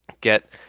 get